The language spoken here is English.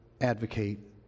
advocate